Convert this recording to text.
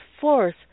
force